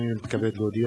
הנני מתכבד להודיע,